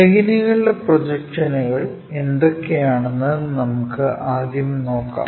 പ്ളേനുകളുടെ പ്രൊജക്ഷനുകൾ എന്തൊക്കെയാണെന്ന് നമുക്ക് ആദ്യം നോക്കാം